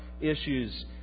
issues